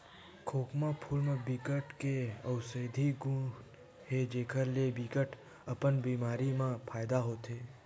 खोखमा फूल म बिकट के अउसधी गुन हे जेखर ले बिकट अकन बेमारी म फायदा होथे